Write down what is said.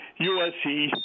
USC